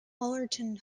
allerton